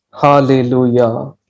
Hallelujah